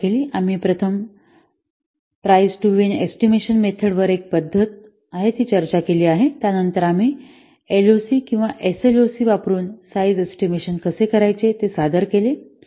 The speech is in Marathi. आम्ही प्रथम price to win estimation method वर एक पध्दत चर्चा केली आहे त्यानंतर आम्ही एलओसी किंवा एसएलओसी वापरुन साईझ एस्टिमेशन कसे करायचे ते सादर केले